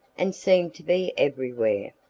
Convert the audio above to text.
and seemed to be everywhere.